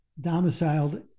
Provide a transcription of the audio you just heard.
domiciled